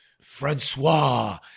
Francois